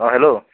অঁ হেল্ল'